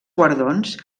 guardons